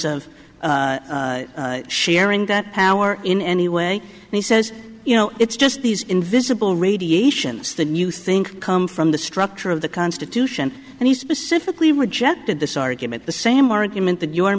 of sharing that power in any way and he says you know it's just these invisible radiations than you think come from the structure of the constitution and he specifically rejected this argument the same argument that you are